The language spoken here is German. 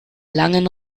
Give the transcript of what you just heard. langen